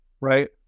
right